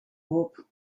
hoop